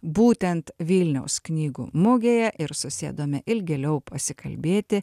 būtent vilniaus knygų mugėj ir susėdome ilgėliau pasikalbėti